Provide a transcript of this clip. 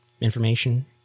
information